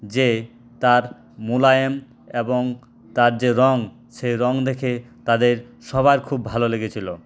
যে তার মোলায়েম এবং তার যে রঙ সেই রঙ দেখে তাদের সবার খুব ভালো লেগেছিল